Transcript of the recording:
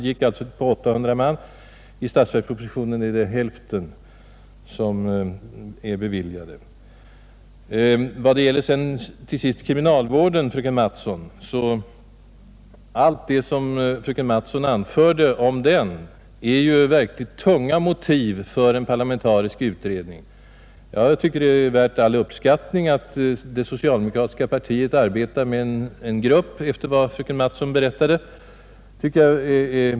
I statsverkspropositionen är hälften så många ytterligare tjänster föreslagna. Vad till sist gäller kriminalvården och det som fröken Mattson anförde om den är ju detta verkligt tunga motiv för en parlamentarisk utredning. Jag tycker det är värt all uppskattning att det socialdemokratiska partiet arbetar med en grupp, efter vad fröken Mattson berättade.